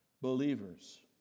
Believers